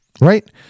Right